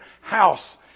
house